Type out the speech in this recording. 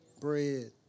Bread